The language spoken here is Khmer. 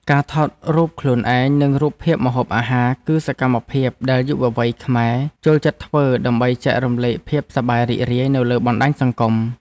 ការថតរូបខ្លួនឯង និងរូបភាពម្ហូបអាហារ គឺសកម្មភាពដែលយុវវ័យខ្មែរចូលចិត្តធ្វើដើម្បីចែករំលែកភាពសប្បាយរីករាយនៅលើបណ្តាញសង្គម។